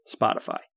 Spotify